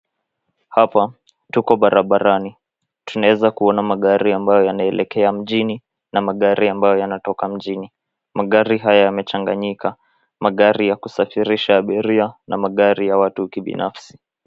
Hapa tuko barabarani. Tunaweza kuona magari ambayo yanaelekea mjini na magari ambayo yanatoka mjini. Magari haya yamechanganyika. Magari ya kusafirisha abiria na magari ya watu kibinafsi